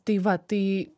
tai va tai